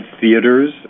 theaters